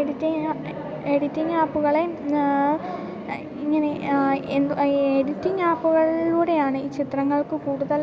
editing app editing ആപ്പുകളെ ഇങ്ങനെ editing ആപ്പുകളിലൂടെയാണ് ഈ ചിത്രങ്ങൾക്ക് കൂടുതൽ